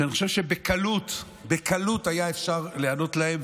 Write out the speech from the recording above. ואני חושב שבקלות היה אפשר להיענות להם,